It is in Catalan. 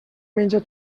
menja